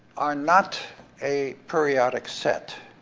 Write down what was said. are not a periodic set.